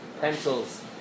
pencils